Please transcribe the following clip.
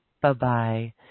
Bye-bye